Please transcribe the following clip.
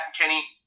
Kenny